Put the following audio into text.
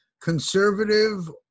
conservative